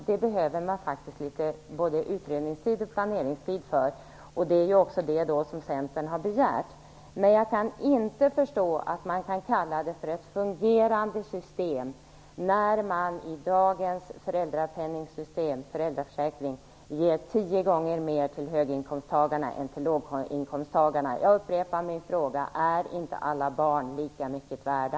Det behöver man både utredningstid och planeringstid för, vilket Centern har begärt. Men jag kan inte förstå att man kan kalla det för ett fungerande system när man i dagens föräldraförsäkring ger tio gånger mer till höginkomsttagarna än till låginkomsttagarna. Jag upprepar min fråga: Är inte alla barn lika mycket värda?